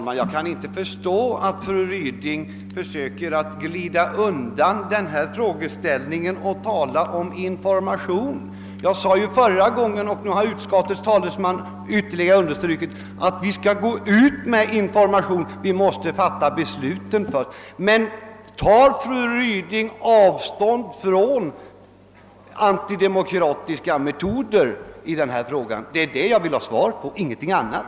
Herr talman! Fru Ryding försöker glida undan den fråga jag ställde och i stället tala om information. Jag framhöll i mitt förra anförande — och det har nu ytterligare understrukits av utskottets talesman — att vi givetvis skall bedriva information men att vi måste fatta beslutet först. Men tar fru Ryding avstånd från antidemokratiska metoder i denna sak? Det är den frågan jag vill ha svar på, ingenting annat.